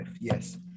yes